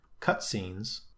cutscenes